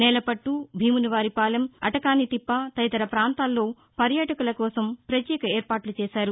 నేలపట్టు భీమునివారి పాలెం అటకానితిప్ప తదితర పాంతాల్లో పర్యాటకుల కోసం ప్రత్యేక ఏర్పాట్లు చేశారు